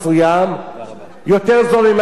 יותר זול מזה של האשה שעובדת בחנות.